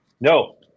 No